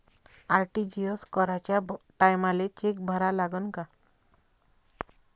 RTGS कराच्या टायमाले cheque भरा लागन का?